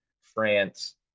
France